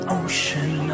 ocean